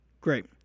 Great